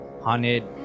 haunted